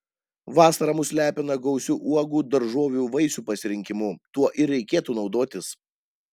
vasara mus lepina gausiu uogų daržovių vaisių pasirinkimu tuo ir reikėtų naudotis